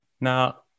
Now